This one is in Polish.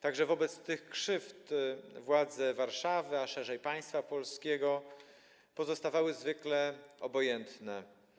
Także wobec tych krzywd władze Warszawy, a szerzej państwa polskiego pozostawały zwykle obojętne.